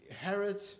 Herod